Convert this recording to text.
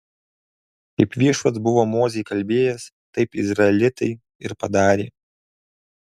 kaip viešpats buvo mozei kalbėjęs taip izraelitai ir padarė